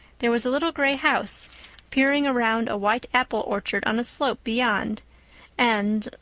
there was a little gray house peering around a white apple orchard on a slope beyond and,